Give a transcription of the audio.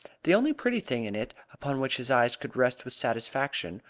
the only pretty thing in it, upon which his eyes could rest with satisfaction,